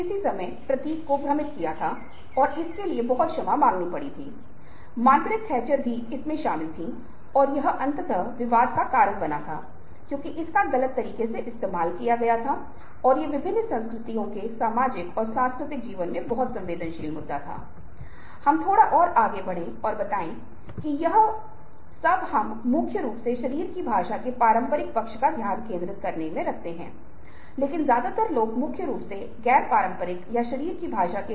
यह केंद्रित है उस व्यक्ति के आस पास जो हेरफेर कर रहा है क्योंकि निहित स्वार्थ विज्ञापन में बहुत बार झूठ शामिल होता है ताकि निहित स्वार्थ को बढ़ाया जाए जो कई कंपनियों के साथ होता है जो समान प्रकार के उत्पाद बेच रहे हैं और यह दावा करने की कोशिश कर रहे हैं कि एक उत्पाद दूसरे से बेहतर है